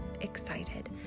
excited